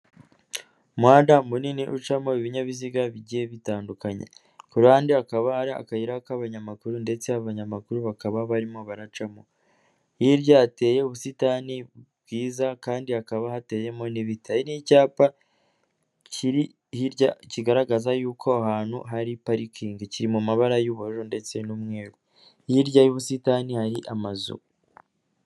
Umuhanda munini ucamo ibinyabiziga bigiye bitandukanye, ku ruhande hakaba hari akayira k'abanyamakuru ndetse abanyamakuru bakaba barimo baracamo, hirya yateye ubusitani bwiza kandi hakaba hateyemo n'ibiti hari n'icyapa kiri hirya kigaragaza yuko aho hantu hari parikingi, kiri mu mabara y'ubururu ndetse n'umweru. Hirya y'ubusitani hari amazu.